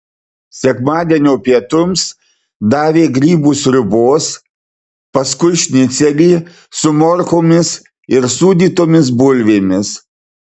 sekmadienio pietums davė grybų sriubos paskui šnicelį su morkomis ir sūdytomis bulvėmis